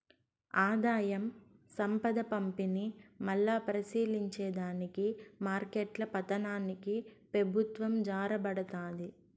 ఆదాయం, సంపద పంపిణీ, మల్లా పరిశీలించే దానికి మార్కెట్ల పతనానికి పెబుత్వం జారబడతాది